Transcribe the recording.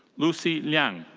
lucy liang.